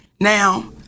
Now